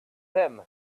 him